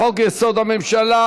לחוק-יסוד: הממשלה,